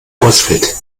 ausfällt